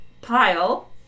pile